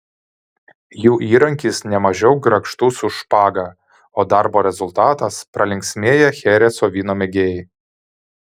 jų įrankis nemažiau grakštus už špagą o darbo rezultatas pralinksmėję chereso vyno mėgėjai